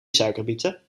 suikerbieten